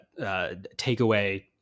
takeaway